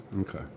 Okay